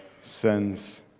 sends